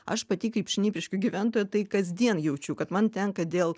aš pati kaip šnipiškių gyventoja tai kasdien jaučiu kad man tenka dėl